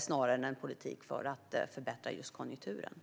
snarare än en politik för att förbättra konjunkturen.